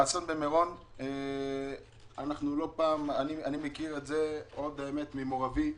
האסון במירון, אני מכיר את זה עוד מאבי,